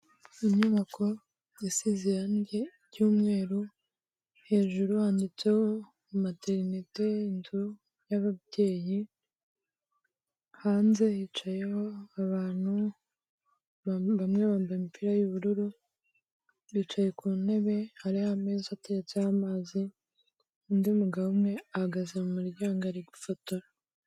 Inyubako isize irangi ry'umweru, hejuru handitseho materinete inzu y'ababyeyi, hanze yicayeho abantu bamwe bambaye imipira y'ubururu, bicaye ku ntebe hariho ameza ateretseho amazi, undi mugabo umwe ahagaze mu muryango ari gufotora.